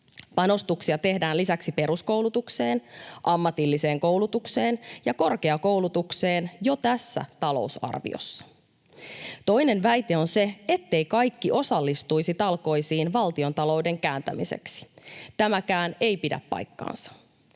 Panostuksia tehdään lisäksi peruskoulutukseen, ammatilliseen koulutukseen ja korkeakoulutukseen jo tässä talousarviossa. Toinen väite on se, etteivät kaikki osallistuisi talkoisiin valtiontalouden kääntämiseksi. Tämäkään ei pidä paikkaansa.